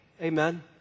Amen